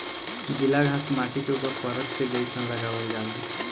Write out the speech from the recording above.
गिला घास माटी के ऊपर परत के जइसन लगावल जाला